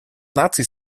наций